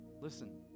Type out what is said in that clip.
Listen